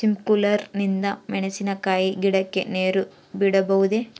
Sprinkler ನಿಂದ ಮೆಣಸಿನಕಾಯಿ ಗಿಡಕ್ಕೆ ನೇರು ಬಿಡಬಹುದೆ?